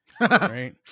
Right